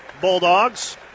Bulldogs